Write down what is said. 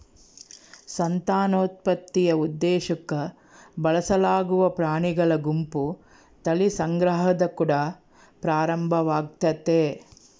ಸಂತಾನೋತ್ಪತ್ತಿಯ ಉದ್ದೇಶುಕ್ಕ ಬಳಸಲಾಗುವ ಪ್ರಾಣಿಗಳ ಗುಂಪು ತಳಿ ಸಂಗ್ರಹದ ಕುಡ ಪ್ರಾರಂಭವಾಗ್ತತೆ